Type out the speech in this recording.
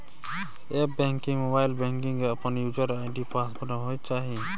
app banking, mobile banking के अपन user ID password होय चाहिए